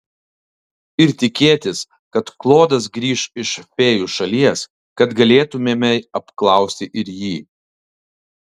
ir tikėtis kad klodas grįš iš fėjų šalies kad galėtumėme apklausti ir jį